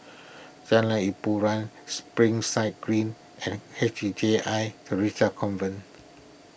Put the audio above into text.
Jalan Hiboran Springside Green and H J I theresa's Convent